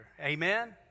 Amen